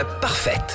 parfaite